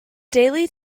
daily